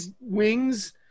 wings